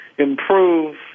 improve